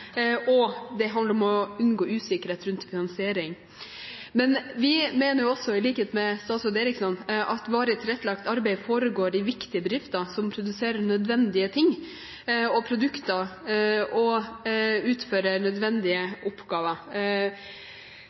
unngå usikkerhet rundt finansiering. Men vi mener også, i likhet med statsråd Eriksson, at varig tilrettelagt arbeid foregår i viktige bedrifter, som produserer nødvendige ting og produkter, og som utfører nødvendige oppgaver.